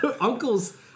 uncles